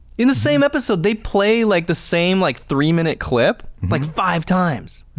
in the same episode they play like the same like three minute clip like five times.